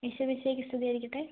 ഈശോ മിശിഹായിക്ക് സ്തുതിയാരിക്കട്ടേ